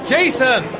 Jason